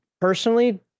personally